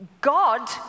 God